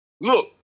look